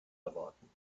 erwarten